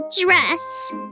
dress